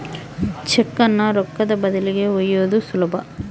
ಚೆಕ್ಕುನ್ನ ರೊಕ್ಕದ ಬದಲಿಗಿ ಒಯ್ಯೋದು ಸುಲಭ